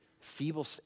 feeble